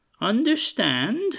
Understand